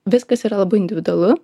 viskas yra labai individualu